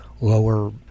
lower